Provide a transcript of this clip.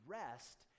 rest